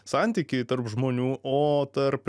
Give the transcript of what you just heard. santykį tarp žmonių o tarp